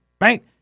Right